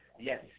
Yes